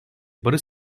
barış